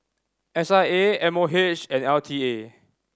S I A M O H and L T A